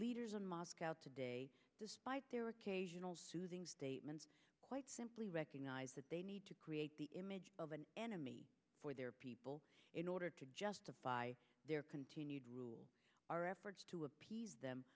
leaders in moscow today despite their occasional quite simply recognize that they need to create the image of an enemy for their people in order to justify their continued rule our efforts to appease them